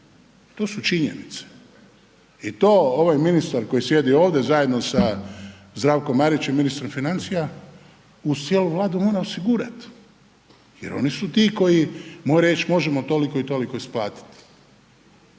To su činjenice i to ovaj ministar koji sjedi ovdje zajedno sa Zdravkom Marićem ministrom financija uz cijelu Vladu mora osigurat jer oni su ti koji moraju reći možemo toliko i toliko isplatiti.